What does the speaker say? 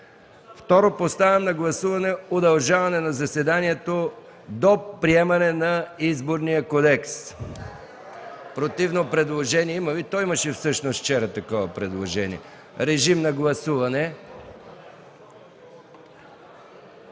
Второ, поставям на гласуване удължаване на заседанието до приемане на Изборния кодекс. Противно предложение има ли? Имаше всъщност вчера такова предложение. Гласували